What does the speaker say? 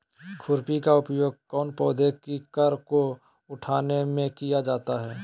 खुरपी का उपयोग कौन पौधे की कर को उठाने में किया जाता है?